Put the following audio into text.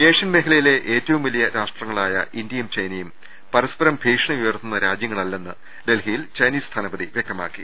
Asian മേഖലയിലെ ഏറ്റവും വലിയ രാഷ്ട്രങ്ങളായ ഇന്ത്യയും ചൈനയും പരസ്പരം ഭീഷണി ഉയർത്തുന്ന രാജ്യങ്ങളല്ലെന്ന് ഡൽഹിയിൽ ചൈനീസ് സ്ഥാനപതി വൃക്തമാക്കി